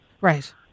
Right